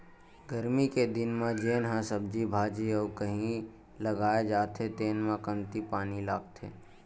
गरमी के दिन म जेन ह सब्जी भाजी अउ कहि लगाए जाथे तेन म कमती पानी लागथे